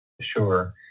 Sure